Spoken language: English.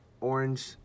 orange